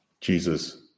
Jesus